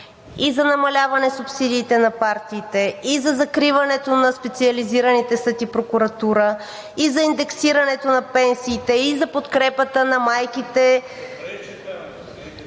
и за намаляване субсидиите на партиите, и за закриването на специализираните съд и прокуратура, и за индексирането на пенсиите, и за подкрепата на майките